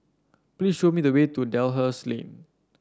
please show me the way to Dalhousie Lane